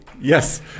Yes